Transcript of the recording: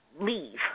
leave